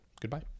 Goodbye